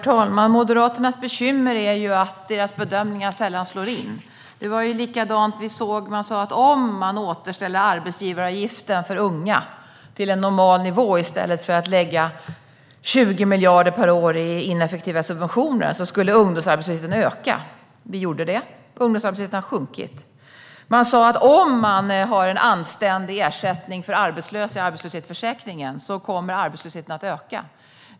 Herr talman! Moderaternas bekymmer är ju att deras bedömningar sällan slår in. Man sa att om arbetsgivaravgiften för unga återställdes till en normal nivå i stället för att lägga 20 miljarder per år på ineffektiva subventioner skulle ungdomsarbetslösheten öka. Vi gjorde det, och ungdomsarbetslösheten har sjunkit. Man sa att en anständig ersättning för arbetslösa i arbetslöshetsförsäkringen skulle få arbetslösheten att öka.